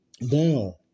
Now